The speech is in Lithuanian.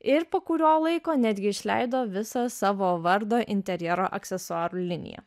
ir po kurio laiko netgi išleido visą savo vardo interjero aksesuarų liniją